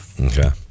Okay